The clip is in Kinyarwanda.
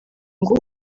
ngo